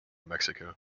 mexico